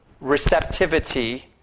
receptivity